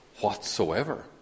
whatsoever